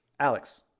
Alex